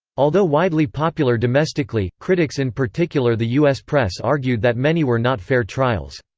although widely popular domestically, critics-in particular the u s. press-argued that many were not fair trials.